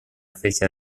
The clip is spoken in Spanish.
fecha